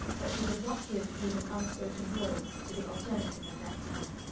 but she did not give even unspoken words to the alternative at that time.